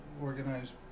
organized